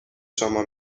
شما